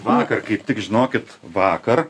vakar kaip tik žinokit vakar